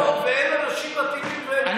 ואין אנשים מתאימים לעליון, מתאים?